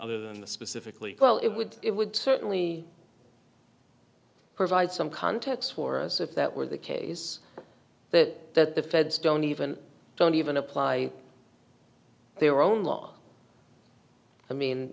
other than the specifically well it would it would certainly provide some context for us if that were the case that the feds don't even don't even apply their own law i mean